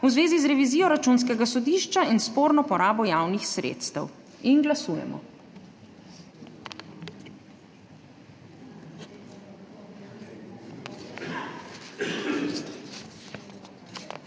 v zvezi z revizijo Računskega sodišča in sporno porabo javnih sredstev. Glasujemo.